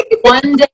One